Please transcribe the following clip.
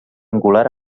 angular